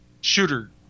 Shooter